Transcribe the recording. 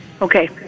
Okay